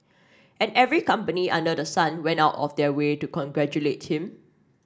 and every company under the sun went out of their way to congratulate him